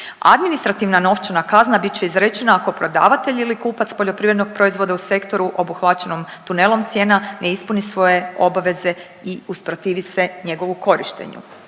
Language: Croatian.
Administrativna novčana kazna bit će izrečena ako prodavatelj ili kupac poljoprivrednog proizvoda u sektoru obuhvaćenom tunelom cijena ne ispuni svoje obaveze i usprotivi se njegovu korištenju.